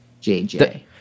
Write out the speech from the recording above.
JJ